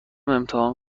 امتحان